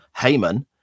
Heyman